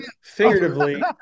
figuratively